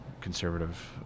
conservative